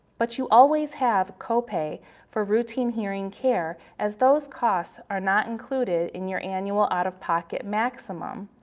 but you always have copay for routine hearing care as those costs are not included in your annual out-of-pocket maximum.